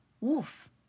woof